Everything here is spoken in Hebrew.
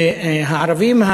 והערבים,